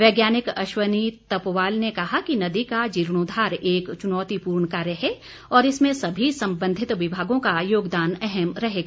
वैज्ञानिक अश्वनी तपवाल ने कहा कि नदी का जीर्णोद्वार एक चुनौतिपूर्ण कार्य है और इसमें सभी संबंधित विभागों का योगदान अहम रहेगा